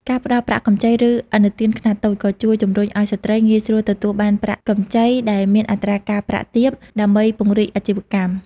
ការផ្តល់ប្រាក់កម្ចី ឬឥណទានខ្នាតតូច ក៏ជួយជំរុញឲ្យស្ត្រីងាយស្រួលទទួលបានប្រាក់កម្ចីដែលមានអត្រាការប្រាក់ទាប ដើម្បីពង្រីកអាជីវកម្ម។